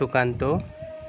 Sukanta